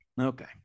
Okay